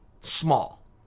small